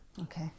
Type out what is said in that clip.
Okay